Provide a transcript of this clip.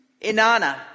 Inanna